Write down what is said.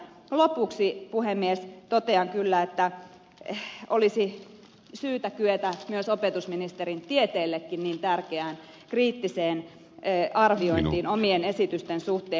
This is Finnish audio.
lopuksi puhemies totean kyllä että olisi syytä kyetä myös opetusministerin tieteellekin niin tärkeään kriittiseen arviointiin omien esitysten suhteen